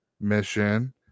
mission